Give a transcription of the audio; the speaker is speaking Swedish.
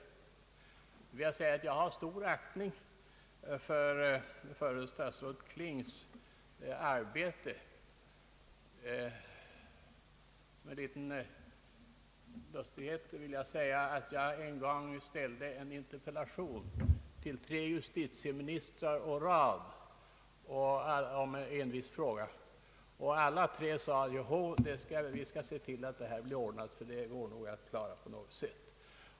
Jag vill dock säga att jag har stor aktning för förre statsrådet Klings arbete. Som en liten lustighet vill jag nämna att jag en gång ställde en interpellation till tre justitieministrar å rad angående en viss fråga, och alla tre sade: Jo, vi skall se till att detta blir ordnat, det går nog att klara på något sätt.